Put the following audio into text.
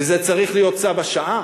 וזה צריך להיות צו השעה.